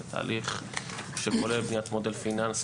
זה תהליך שכולל בניית מודל פיננסי,